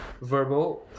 verbal